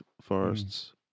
forests